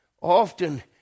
Often